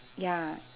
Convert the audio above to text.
ya